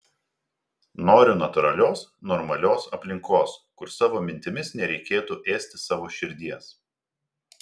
noriu natūralios normalios aplinkos kur savo mintimis nereikėtų ėsti savo širdies